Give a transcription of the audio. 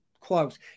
close